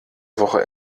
woche